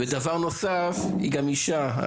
ודבר נוסף היא גם אישה,